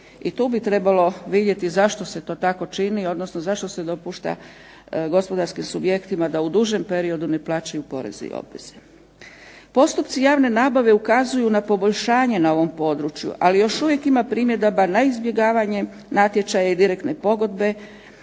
i tu bi trebalo vidjeti zašto se to tako čini, odnosno zašto se dopušta gospodarskim subjektima da u dužem periodu ne plaćaju poreze i obveze. Postupci javne nabave ukazuju na poboljšanje na ovom području, ali još uvijek ima primjedaba na izbjegavanje natječaja i direktne pogodbe.